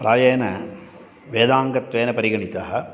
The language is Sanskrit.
प्रायेण वेदाङ्गत्वेन परिगणितः